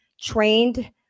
trained